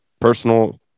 personal